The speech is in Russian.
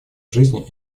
жизни